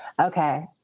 Okay